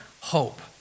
hope